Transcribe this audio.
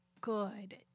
good